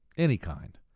any kind.